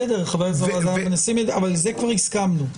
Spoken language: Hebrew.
על זה כבר הסכמנו.